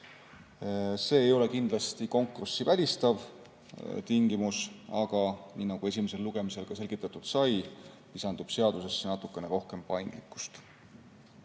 See ei ole kindlasti konkurssi välistav tingimus, aga nii nagu esimesel lugemisel ka selgitatud sai, lisandub seadusesse natukene rohkem